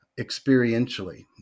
experientially